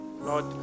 Lord